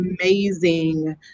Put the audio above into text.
amazing